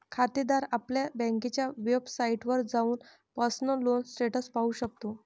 खातेदार आपल्या बँकेच्या वेबसाइटवर जाऊन पर्सनल लोन स्टेटस पाहू शकतो